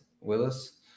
Willis